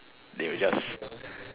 they will just